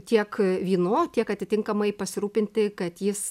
tiek vynu tiek atitinkamai pasirūpinti kad jis